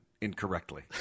incorrectly